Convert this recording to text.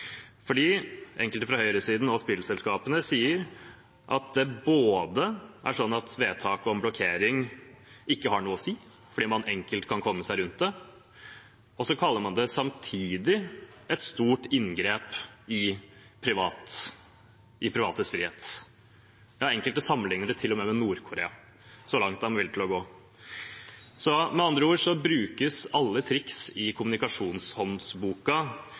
fordi enkelte fra høyresiden og spillselskapene sier at det er slik at vedtaket om blokkering ikke har noe å si, fordi man enkelt kan komme seg rundt det, og samtidig kaller man det et stort inngrep i privates frihet, ja, enkelte sammenligner til og med med Nord-Korea. Så langt er man villig til å gå. Med andre ord brukes alle triks i